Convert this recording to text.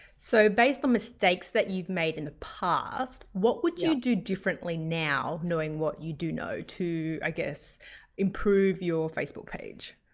so, based on mistakes that you've made in the past. what would you do differently now knowing what you do know to i guess improve your facebook page?